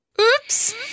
Oops